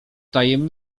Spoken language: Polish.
tajem